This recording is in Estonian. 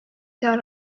seal